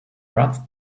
brat